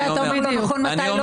מתי אתה אומר לו נכון, מתי לא נכון?